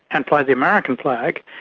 and fly the american flag,